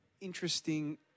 interesting